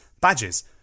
badges